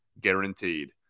guaranteed